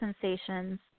sensations